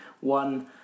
one